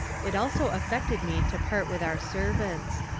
it also affected me to part with our servants.